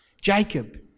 Jacob